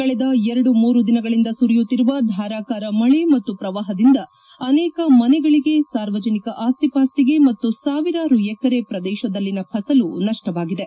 ಕಳೆದ ಎರಡು ಮೂರು ದಿನಗಳಿಂದ ಸುರಿಯುತ್ತಿರುವ ಧಾರಾಕಾರ ಮಳೆ ಮತ್ತು ಪ್ರವಾಹದಿಂದ ಅನೇಕ ಮನೆಗಳಿಗೆ ಸಾರ್ವಜನಿಕ ಆಸ್ತಿಪಾಸ್ತಿಗೆ ಮತ್ತು ಸಾವಿರಾರು ಎಕರೆ ಪ್ರದೇಶದಲ್ಲಿನ ಫಸಲು ನಷ್ಪವಾಗಿದೆ